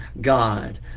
God